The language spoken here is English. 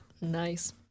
Nice